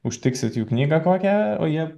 užtiksite jų knygą kokią o jie